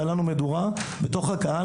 היתה לנו מדורה בתוך הקהל,